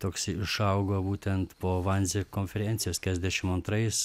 toks išaugo būtent po vanzė konferencijos ketusdešim antrais